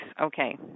Okay